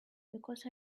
because